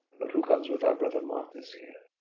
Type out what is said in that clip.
but who comes with our brother marcus here?